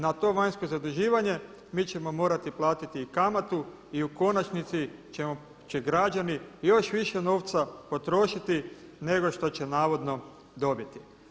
Na to vanjsko zaduživanje mi ćemo morati platiti i kamatu i u konačnici će građani još više novca potrošiti nego što će navodno dobiti.